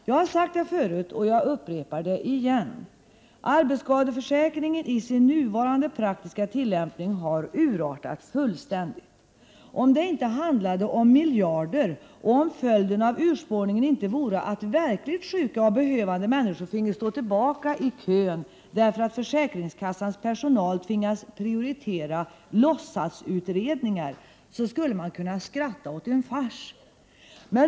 Jag har sagt det förut, och jag upprepar det: Arbetsskadeförsäkringen i sin nuvarande praktiska tillämpning har urartat fullständigt. Om det inte handlade om miljarder och om följden av urspårningen inte vore att verkligt sjuka och behövande människor finge stå tillbaka i kön därför att försäkringskassans personal tvingas prioritera låtsasutredningar, skulle man kunna skratta åt en fars.